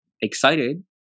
excited